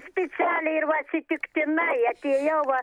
specialiai ir va atsitiktinai atėjauva